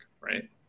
right